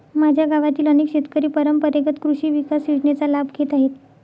माझ्या गावातील अनेक शेतकरी परंपरेगत कृषी विकास योजनेचा लाभ घेत आहेत